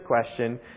question